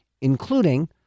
including